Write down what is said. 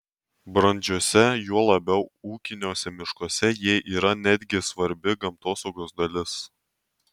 brandžiuose juo labiau ūkiniuose miškuose jie yra netgi svarbi gamtosaugos dalis